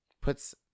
puts